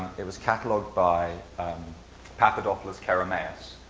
it was cataloged by papadopoulos kerameus,